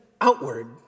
outward